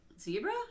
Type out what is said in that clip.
Zebra